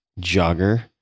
jogger